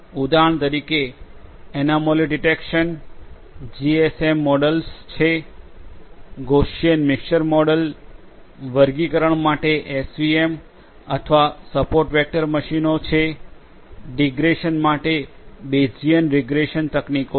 ઉદાહરણ તરીકે anomaly detection GMM models છે ગૉસીયન મિક્ષર મોડલ્સ વર્ગીકરણ માટે એસવીએમ અથવા સપોર્ટ વેક્ટર મશીનો છે ડિગ્રેશન માટે બેસિયન રીગ્રેસન તકનીકો છે